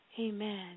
amen